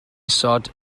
isod